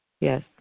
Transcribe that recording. Yes